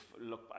look